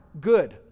good